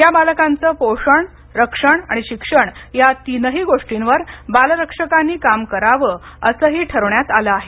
या बालकांचे पोषण रक्षण आणि शिक्षण या तीन गोष्टींवरही बालरक्षकांनी काम करावे असेही ठरवण्यात आले आहे